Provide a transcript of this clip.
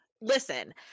listen